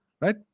right